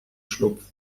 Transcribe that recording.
schlupf